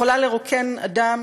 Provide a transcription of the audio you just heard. היא יכולה לרוקן אדם